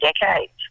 decades